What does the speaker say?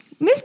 Mr